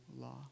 law